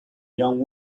young